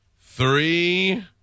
Three